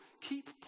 keep